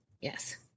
Yes